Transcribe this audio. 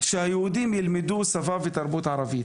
שהיהודים ילמדו שפה ותרבות ערבית,